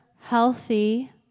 healthy